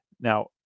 Now